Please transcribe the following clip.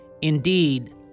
indeed